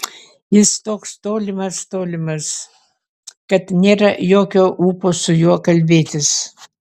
jis toks tolimas tolimas kad nėra jokio ūpo su juo kalbėtis